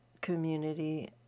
community